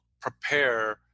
prepare